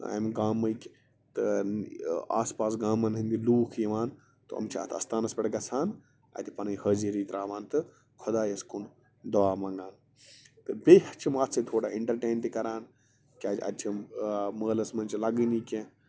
اَمہِ گامٕکۍ تہٕ آس پاس گامن ہٕنٛدۍ لوٗکھ چھِ یِوان تہٕ یِم چھِ اَتھ آستانس پٮ۪ٹھ گژھان اَتہِ پنٕنۍ حٲضری ترٛاوان تہٕ خُدایس کُن دُعا منگان